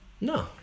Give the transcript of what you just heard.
No